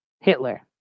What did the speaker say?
Hitler